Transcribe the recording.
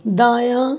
दायाँ